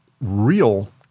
Real